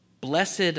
Blessed